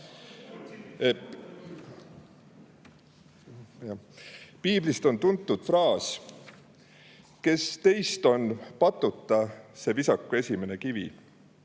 olla? Piiblist on tuntud fraas "Kes teist on patuta, see visaku esimene kivi".